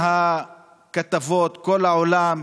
יש גם הצבעה עוד מעט בוועדה.